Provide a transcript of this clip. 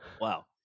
Wow